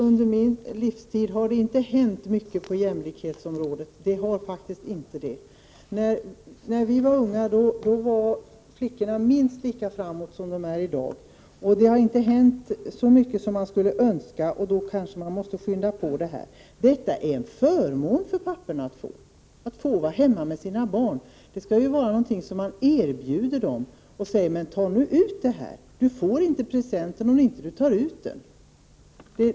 Under min livstid har det inte hänt mycket på jämställdhetens område — det har det faktiskt inte. När jag var ung var flickorna minst lika framåt som de är i dag. Det har inte hänt så mycket som man skulle önska, och därför kanske man måste skynda på detta. Det är en förmån för papporna att få vara hemma med sina barn. Det är någonting man skall erbjuda dem. Man skall säga: Ta nu ut det här! Du får inte presenten om du inte tar ut den!